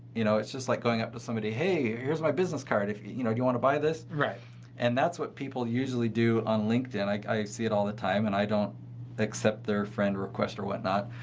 you know, it's just like going up to somebody, hey, here's my business card if you, you know, you want to buy this? and that's what people usually do on linkedin. like i see it all the time and i don't accept their friend requests or whatnot.